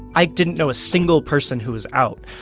i didn't know a single person who was out.